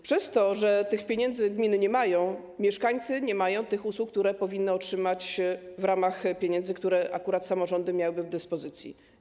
Przez to, że gminy tych pieniędzy nie mają, mieszkańcy nie mają usług, które powinni otrzymać w ramach pieniędzy, które akurat samorządy miałyby do dyspozycji.